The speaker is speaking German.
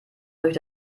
durch